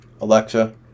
Alexa